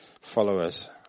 followers